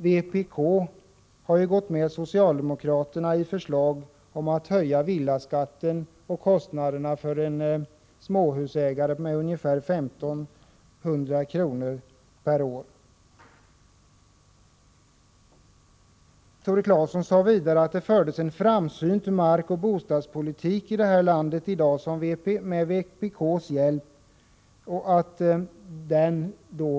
Vpk har ju gått med socialdemokraterna när det gäller förslag om att höja villaskatten och kostnaderna för småhusägare med omkring 1 500 kr. per år. Tore Claeson sade vidare att det med vpk:s hjälp förs en framsynt markoch bostadspolitik i det här landet i dag, och att den